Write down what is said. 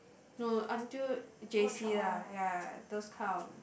no until J_C lah ya those kind of